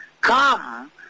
Come